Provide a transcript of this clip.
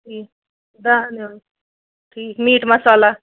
دانہِ وَل ٹھیٖک میٖٹ مصالہ